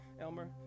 Elmer